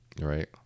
Right